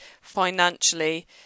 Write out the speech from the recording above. financially